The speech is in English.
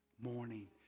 morning